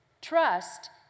trust